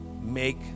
Make